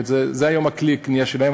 זה היום כלי הקנייה שלהן.